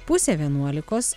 pusę vienuolikos